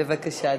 בבקשה,